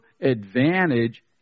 advantage